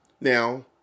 Now